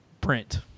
print